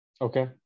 Okay